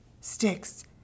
sticks